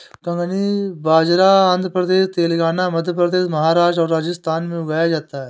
कंगनी बाजरा आंध्र प्रदेश, तेलंगाना, मध्य प्रदेश, महाराष्ट्र और राजस्थान में उगाया जाता है